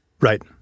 Right